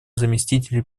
заместителей